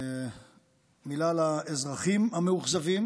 מילה לאזרחים המאוכזבים